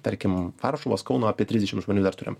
tarkim varšuvos kauno apie trisdešimt žmonių dar turim